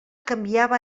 canviava